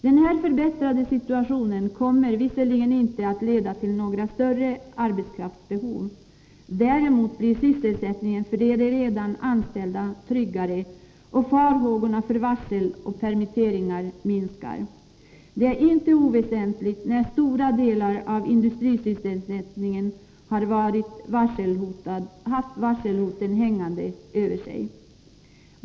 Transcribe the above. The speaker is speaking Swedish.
Den här förbättrade situationen kommer visserligen inte att leda till några större arbetskraftsbehov. Däremot blir sysselsättningen för de redan anställda tryggare, och farhågorna för varsel och permitteringar minskar. Det är inte oväsentligt, när stora delar av industrisysselsättningen haft varselhoten hängande över sig.